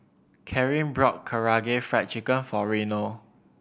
Karyn bought Karaage Fried Chicken for Reno